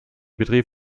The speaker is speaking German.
betrieb